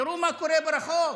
תראו מה קורה ברחוב.